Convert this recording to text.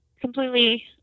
completely